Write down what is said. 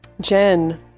Jen